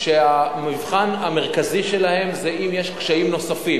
שהמבחן המרכזי שלהם זה אם יש קשיים נוספים.